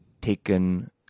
taken